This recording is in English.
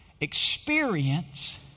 experience